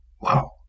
wow